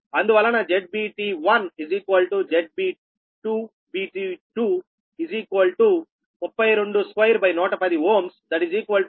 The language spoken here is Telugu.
అందువలన ZBT1 ZB2BT2 322110 Ω 9